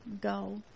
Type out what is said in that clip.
go